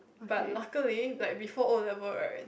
but luckily like before O-level right